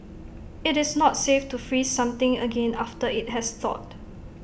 IT is not safe to freeze something again after IT has thawed